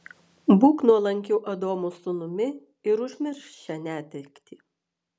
būk nuolankiu adomo sūnumi ir užmiršk šią netektį